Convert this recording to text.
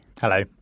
Hello